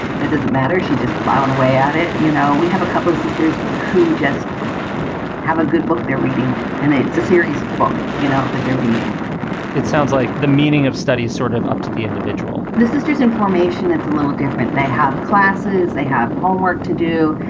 that doesn't matter. she's just plowing away at it. you know, we have a couple of sisters who just have a good book they're reading. and it's a serious book, you know, that they're reading it sounds like the meaning of study is sort of up to the individual this is just information that's a little different. they have classes. they have homework to do.